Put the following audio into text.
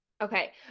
Okay